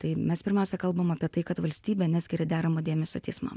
tai mes pirmiausia kalbam apie tai kad valstybė neskiria deramo dėmesio teismams